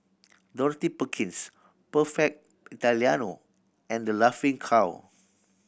Dorothy Perkins Perfect Italiano and The Laughing Cow